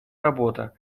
работа